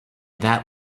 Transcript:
that